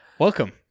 Welcome